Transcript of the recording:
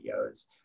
videos